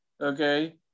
okay